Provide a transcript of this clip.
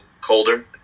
colder